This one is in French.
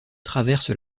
traverse